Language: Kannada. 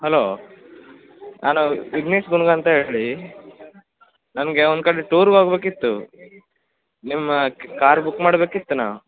ಹಲೋ ನಾನು ವಿಜ್ಞೇಶ್ ಗುನ್ಗ್ ಅಂತೇಳಿ ನನಗೆ ಒಂದು ಕಡೆ ಟೂರ್ಗೆ ಹೋಗ್ಬೇಕಿತ್ತು ನಿಮ್ಮ ಕಾರ್ ಬುಕ್ ಮಾಡ್ಬೇಕಿತ್ತು ನಾ